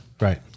Right